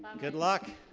good luck.